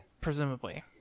presumably